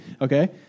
Okay